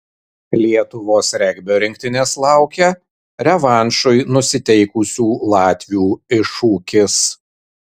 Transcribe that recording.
lietuvos regbio rinktinės laukia revanšui nusiteikusių latvių iššūkis